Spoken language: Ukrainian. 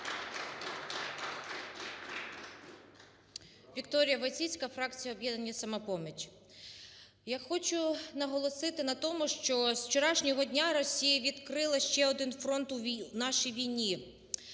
ВікторіяВойціцька, фракція "Об'єднання "Самопоміч". Я хочу наголосити на тому, що з учорашнього дня Росія відкрила ще один фронт у нашій війні –